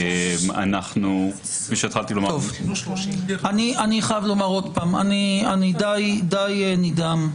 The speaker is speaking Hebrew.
כפי שהתחלתי לומר -- אני חייב לומר שוב: אני די נדהם.